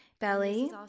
belly